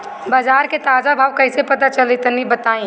बाजार के ताजा भाव कैसे पता चली तनी बताई?